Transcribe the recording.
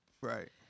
Right